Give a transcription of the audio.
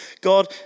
God